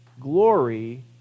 glory